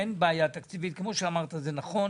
אין בעיה תקציבית, כמו שאמרת, זה נכון.